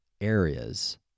areas